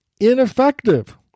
ineffective